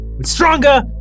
Stronger